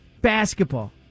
basketball